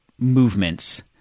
movements